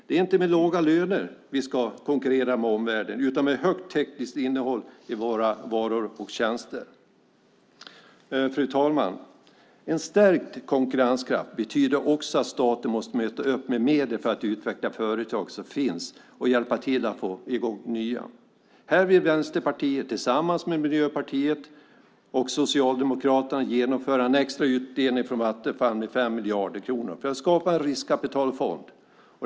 Det är inte med låga löner vi ska konkurrera med omvärlden utan med högt tekniskt innehåll i våra varor och tjänster. Fru talman! En stärkt konkurrenskraft betyder också att staten måste möta upp med medel för att utveckla företag som finns och hjälpa till att bygga upp nya. Här vill Vänsterpartiet tillsammans med Miljöpartiet och Socialdemokraterna genomföra en extra utdelning från Vattenfall med 5 miljarder kronor för att skapa en riskkapitalfond.